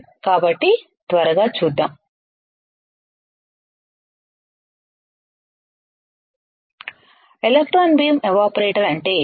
కాబట్టి త్వరగా చూద్దాం ఎలక్ట్రాన్ బీమ్ ఎవాపరేటర్ అంటే ఏమిటి